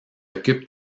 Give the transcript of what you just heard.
occupe